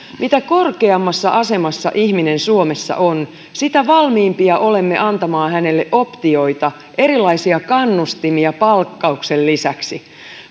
mitä korkeammassa asemassa ihminen suomessa on sitä valmiimpia olemme antamaan hänelle optioita erilaisia kannustimia palkkauksen lisäksi